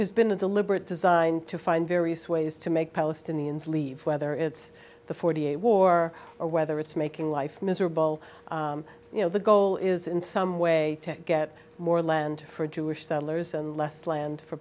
has been a deliberate design to find various ways to make palestinians leave whether it's the forty eight war or whether it's making life miserable you know the goal is in some way to get more land for jewish settlers and less land for